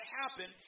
happen